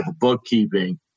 bookkeeping